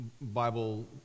Bible